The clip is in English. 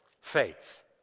faith